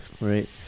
right